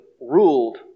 ruled